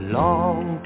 long